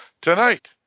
tonight